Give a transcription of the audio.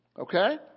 Okay